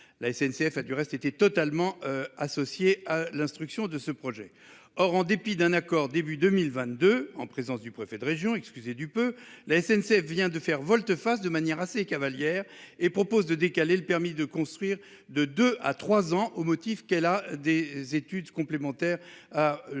La SNCF a du reste été totalement associés l'instruction de ce projet. Or, en dépit d'un accord début 2022 en présence du préfet de région, excusez du peu. La SNCF vient de faire volte-face de manière assez Cavaliere et propose de décaler le permis de construire de 2 à 3 ans au motif qu'elle a des études complémentaires. Le amener.